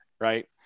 right